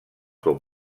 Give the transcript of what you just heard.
com